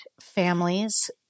families